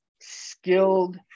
Skilled